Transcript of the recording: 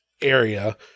area